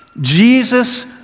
Jesus